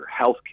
healthcare